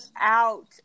out